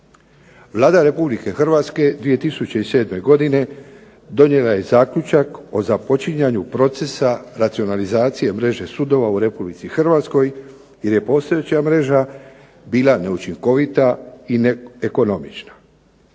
Vlada Republike Hrvatske 2007. godine donijela je zaključak o započinjanju procesa racionalizacije mreže sudova u Republici Hrvatskoj jer je postojeća mreža bila neučinkovita i neekonomična.